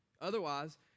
Otherwise